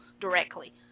directly